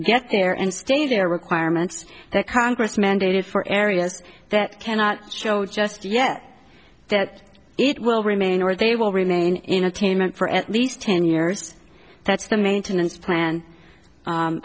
get there and stay there requirements that congress mandated for areas that cannot show just yet that it will remain or they will remain in attainment for at least ten years that's the maintenance plan